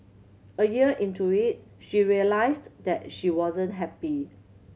a year into it she realised that she wasn't happy